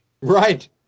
Right